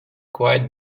quite